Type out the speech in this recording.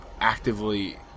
Actively